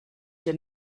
did